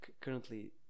currently